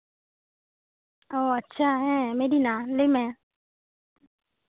ᱚ ᱟᱪᱪᱷᱟ ᱦᱮᱸ ᱢᱮᱨᱤᱱᱟ ᱞᱟᱹᱭᱢᱮ